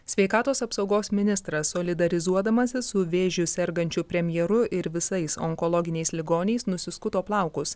sveikatos apsaugos ministrą solidarizuodamasis su vėžiu sergančiu premjeru ir visais onkologiniais ligoniais nusiskuto plaukus